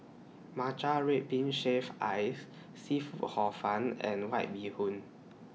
Matcha Red Bean Shaved Ice Seafood Hor Fun and White Bee Hoon